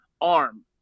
arm